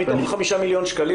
החמישה מקומות,